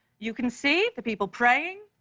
you can see the people praying,